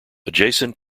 adjacent